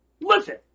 Listen